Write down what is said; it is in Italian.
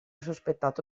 sospettato